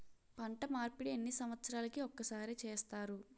పంట మార్పిడి ఎన్ని సంవత్సరాలకి ఒక్కసారి చేస్తారు?